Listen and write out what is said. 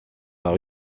par